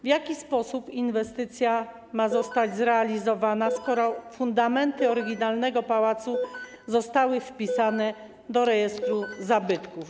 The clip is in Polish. W jaki sposób inwestycja ma zostać zrealizowana, skoro fundamenty oryginalnego pałacu zostały wpisane do rejestru zabytków?